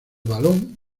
balón